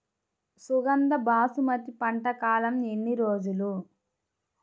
సుగంధ బాసుమతి పంట కాలం ఎన్ని రోజులు?